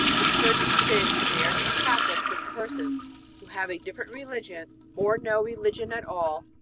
the church forbids the marriage of catholics with persons who have a different religion or no religion at all,